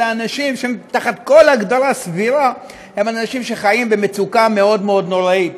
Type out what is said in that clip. אלה אנשים שתחת כל הגדרה סבירה הם אנשים שחיים במצוקה מאוד מאוד נוראה.